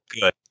Good